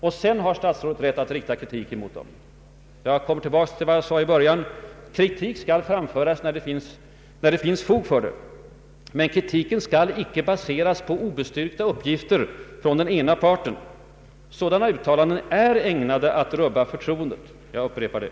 Först därefter har statsrådet rätt att rikta kritik mot berörda parter. Kritik skall framföras, som jag sade i början av mitt anförande, när det finns fog för den, men kritik skall icke baseras på obestyrkta uppgifter från en inblandad part. Sådana uttalanden är ägnade att rubba förtroendet — jag upprepar det.